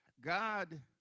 God